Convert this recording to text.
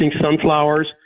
sunflowers